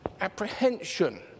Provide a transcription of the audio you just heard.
apprehension